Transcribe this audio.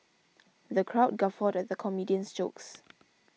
the crowd guffawed at the comedian's jokes